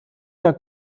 der